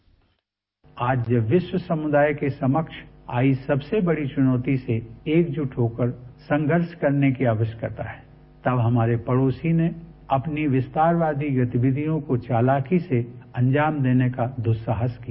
bite आज विश्व समुदाय के समक्ष आई सबसे बड़ी चुनौती से एकजुट होकर संघर्ष करने की आवश्यकता है तब हमारे पड़ोसी ने अपनी विस्तारवादी गतिविधियों को चालाकी से अंजाम देने का दुस्साहस किया